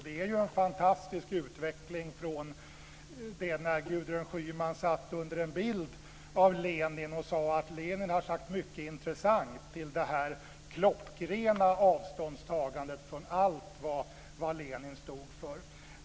Det är en fantastisk utveckling från den tid då Gudrun Schyman satt under en bild av Lenin och sade att han hade sagt mycket som var intressant fram till detta klockrena avståndstagande från allt vad Lenin stod för.